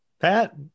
Pat